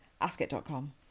Askit.com